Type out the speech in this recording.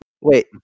Wait